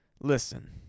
Listen